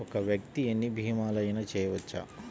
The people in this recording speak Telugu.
ఒక్క వ్యక్తి ఎన్ని భీమలయినా చేయవచ్చా?